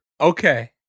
Okay